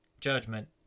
judgment